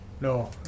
No